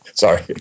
Sorry